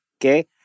Okay